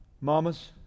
Mamas